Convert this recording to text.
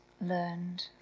learned